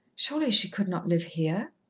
surely she could not live here?